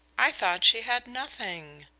i thought she had nothing.